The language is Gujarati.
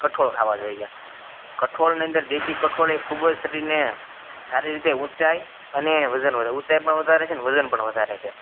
કઠોળ ખાવાં જોઈએ કઠોળની અંદર દેશી કઠોળ એ ખૂબ જ શરીરને સારી રીતે ઊંચાઈ અને વજન વધે ઊંચાઈ પણ વધારે છે અને વજન પણ વધારે છે